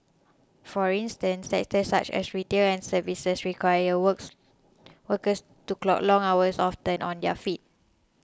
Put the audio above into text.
for instance sectors such as retail and services require works workers to clock long hours often on their feet